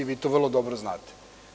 Vi to vrlo dobro znate.